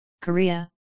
Korea